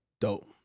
Dope